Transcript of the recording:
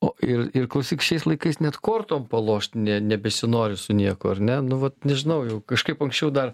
o ir ir klausyk šiais laikais net kortom palošt nebesinori su niekuo ar ne nu vat nežinau jau kažkaip anksčiau dar